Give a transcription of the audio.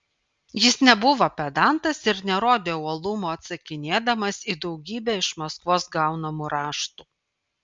jis nebuvo pedantas ir nerodė uolumo atsakinėdamas į daugybę iš maskvos gaunamų raštų